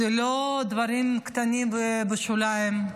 אלה לא דברים קטנים בשוליים,